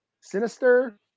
Sinister